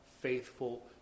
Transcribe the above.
faithful